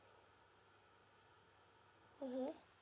mmhmm